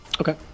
Okay